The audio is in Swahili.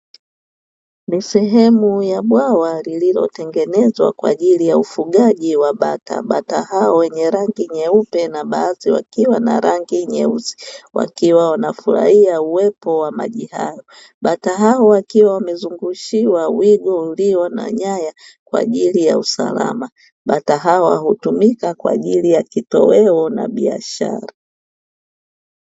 Ni sehemu la bwawa lililotengenezwa kwa ajili ya ufugaji wa bata, bata hao wenye rangi nyeupe na baadhi wakiwa na rangi nyeusi. Wakiwa wanafurahia uwepo wa maji. Bata hao wakiwa wamezungushiwa uwigo ulio na waya kwa ajili ya usalama, bata hawa hutumika kwa ajili ya kitoeo na biashara.